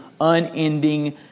unending